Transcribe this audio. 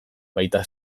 baita